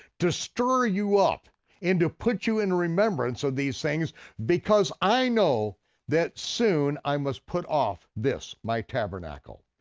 to stir you up and to put you in remembrance of these things because i know that soon i must put off, this my tabernacle,